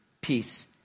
peace